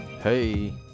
Hey